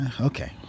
Okay